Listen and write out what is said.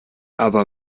aber